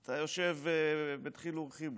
אתה יושב בדחילו ורחימו.